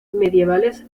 medievales